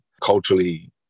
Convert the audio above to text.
culturally